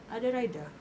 ada rider